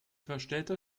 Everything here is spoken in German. verstellter